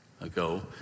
ago